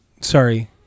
sorry